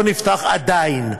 לא נפתח עדיין,